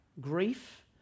grief